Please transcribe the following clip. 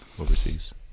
overseas